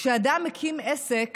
כשאדם מקים עסק